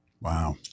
Wow